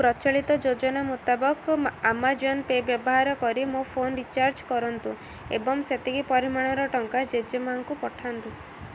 ପ୍ରଚଳିତ ଯୋଜନା ମୁତାବକ ଆମାଜନ୍ ପେ ବ୍ୟବହାର କରି ମୋ ଫୋନ ରିଚାର୍ଜ କରନ୍ତୁ ଏବଂ ସେତିକି ପରିମାଣର ଟଙ୍କା ଜେଜେମା'କୁ ପଠାନ୍ତୁ